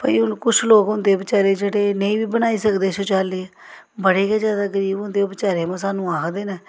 भाई हून कुछ लोक होंदे बेचारे जेह्ड़े नेईं बी बनाई सकदे शौचालय बड़े गै ज्यादा गरीब होंदे ओह् बेचारे उ'यां सानूं आखदे न